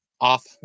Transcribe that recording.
off